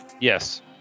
Yes